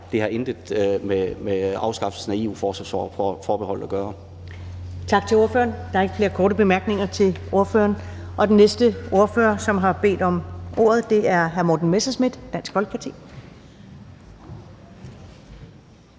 Det har intet med afskaffelsen af EU-forsvarsforbeholdet at gøre. Kl. 14:57 Første næstformand (Karen Ellemann): Tak til ordføreren. Der er ikke flere korte bemærkninger til ordføreren. Og den næste ordfører, som har bedt om ordet, er hr. Morten Messerschmidt, Dansk Folkeparti.